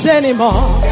anymore